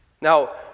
Now